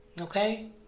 Okay